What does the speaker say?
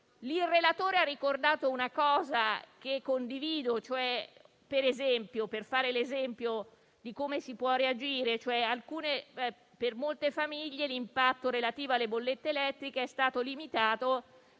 Il relatore ha ricordato un aspetto che condivido, per fare un esempio di come si possa reagire. Per molte famiglie, l'impatto relativo alle bollette elettriche è stato limitato